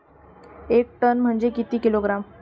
एक टन म्हनजे किती किलोग्रॅम?